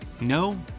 No